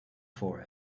for